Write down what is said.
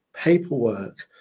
paperwork